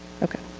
okay,